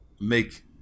make